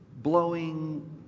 blowing